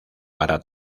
para